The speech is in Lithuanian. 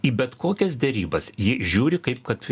į bet kokias derybas ji žiūri kaip kad